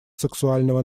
сексуального